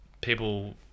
people